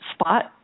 spot